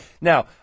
now